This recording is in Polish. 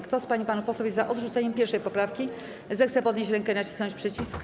Kto z pań i panów posłów jest za odrzuceniem 1. poprawki, zechce podnieść rękę i nacisnąć przycisk.